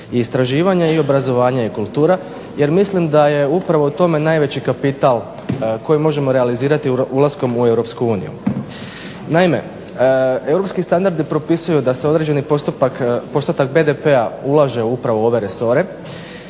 istraživanje i obrazovanje i kultura jer mislim da je upravo u tome najveći kapital koji možemo realizirati ulaskom u EU. Naime, europski standardi propisuju da se određeni postotak BDP ulaže upravo u ove resore,